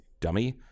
dummy